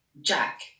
Jack